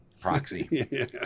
Proxy